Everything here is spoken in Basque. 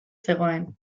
zegoen